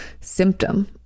symptom